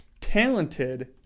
talented